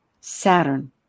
Saturn